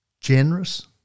generous